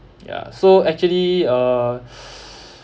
ya so actually uh s